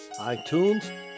iTunes